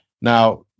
Now